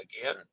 again